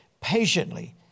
patiently